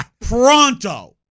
pronto